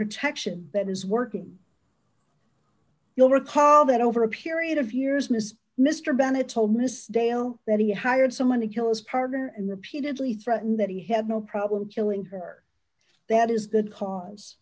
protection that is working you'll recall that over a period of years miss mr bennett told mrs dale that he hired someone to kill his partner and repeatedly threatened that he had no problem killing her that is good cause